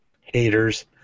Haters